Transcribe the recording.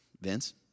Vince